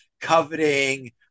coveting